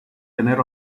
tener